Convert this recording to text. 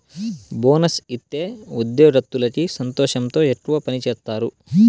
bonus ఇత్తే ఉద్యోగత్తులకి సంతోషంతో ఎక్కువ పని సేత్తారు